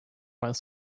while